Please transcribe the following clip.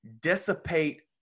dissipate